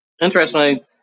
interestingly